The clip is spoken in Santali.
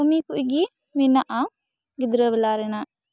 ᱠᱟᱹᱢᱤ ᱠᱩᱡᱜᱤ ᱢᱮᱱᱟᱜᱼᱟ ᱜᱤᱫᱽᱨᱟ ᱵᱮᱞᱟ ᱨᱮᱱᱟᱜ